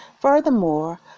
Furthermore